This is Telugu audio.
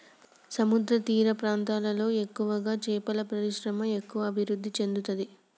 సముద్రతీర ప్రాంతాలలో ఎక్కువగా చేపల పరిశ్రమ ఎక్కువ అభివృద్ధి చెందుతది